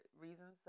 reasons